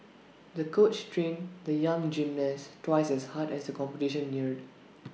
the coach trained the young gymnast twice as hard as the competition neared